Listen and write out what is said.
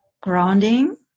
grounding